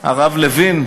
הרב לוין,